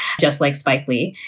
just like spike lee.